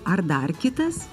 ar dar kitas